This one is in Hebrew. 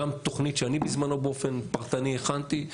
גם תוכנית שאני בזמנו באופן פרטני הכנתי,